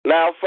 Now